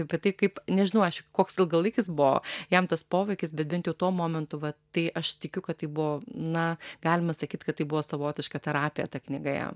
apie tai kaip nežinau aišku koks ilgalaikis buvo jam tas poveikis bet bent jau tuo momentu tai aš tikiu kad tai buvo na galima sakyt kad tai buvo savotiška terapija ta knyga jam